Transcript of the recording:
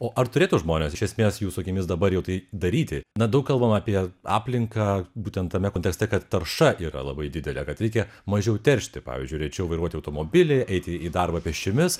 o ar turėtų žmonės iš esmės jūsų akimis dabar jau tai daryti na daug kalbama apie aplinką būtent tame kontekste kad tarša yra labai didelė kad reikia mažiau teršti pavyzdžiui rečiau vairuoti automobilį eiti į darbą pėsčiomis